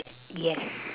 yes